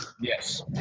Yes